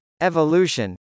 Evolution